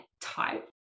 type